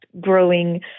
growing